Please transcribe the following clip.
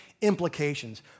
implications